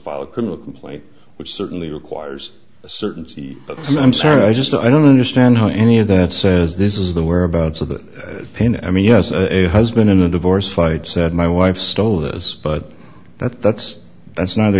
a criminal complaint which certainly requires a certainty but i'm sorry i just i don't understand how any of that says this is the whereabouts of that pain i mean yes a husband in a divorce fight said my wife stole this but that's that's that's neither